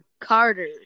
Carter